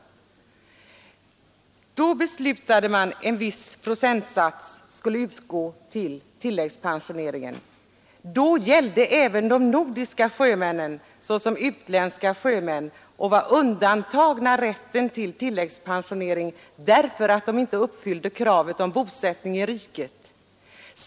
På den grunden beslöt man att en viss procentsats skulle utgå till tilläggspensioneringen. Men då gällde det också de nordiska sjömännen som utländska sjömän och var undantagna från rätten till tilläggspensionering, eftersom de inte uppfyllde kravet om bosättning i riket.